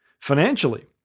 Financially